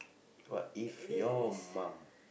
what if your mum